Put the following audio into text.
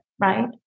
right